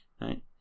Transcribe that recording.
Right